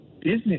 business